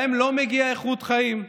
להם לא מגיעה איכות חיים?